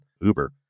Uber